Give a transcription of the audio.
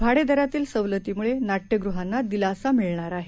भाडेदरातीलसवलतीमुळेनाट्यगृहांनादिलासामिळणारआहे